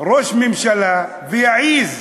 ראש ממשלה ויעז,